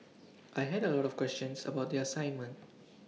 I had A lot of questions about the assignment